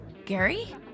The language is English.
Gary